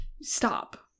stop